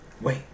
Wait